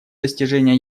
достижения